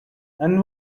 and